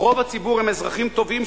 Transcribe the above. רוב הציבור הם אזרחים טובים,